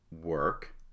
work